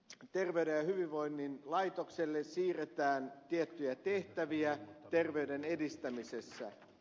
terveyden ja hyvinvoinnin laitokselle siirretään tiettyjä tehtäviä terveyden edistämisessä